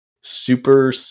super